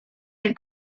del